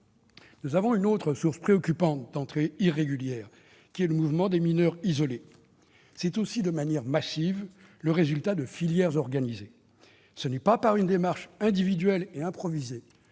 sur l'asile. Autre source préoccupante d'entrées irrégulières, le mouvement des mineurs isolés est aussi, de manière massive, le résultat de l'activité de filières organisées. Ce n'est pas par une démarche individuelle et improvisée